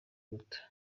muto